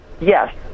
Yes